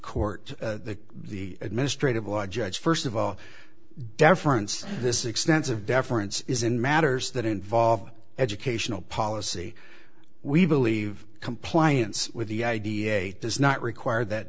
court the administrative law judge first of all deference this extensive deference is in matters that involve educational policy we believe compliance with the idea it does not require that